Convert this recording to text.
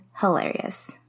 hilarious